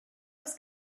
was